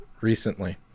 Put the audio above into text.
recently